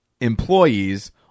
employees